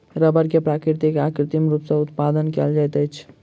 रबड़ के प्राकृतिक आ कृत्रिम रूप सॅ उत्पादन कयल जाइत अछि